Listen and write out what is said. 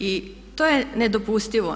I to je nedopustivo.